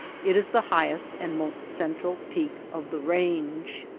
it is the highest and most central peak of the range.